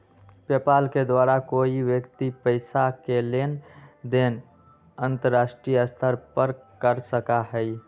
PayPal के द्वारा कोई व्यक्ति पैसा के लेन देन अंतर्राष्ट्रीय स्तर पर कर सका हई